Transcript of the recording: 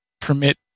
permit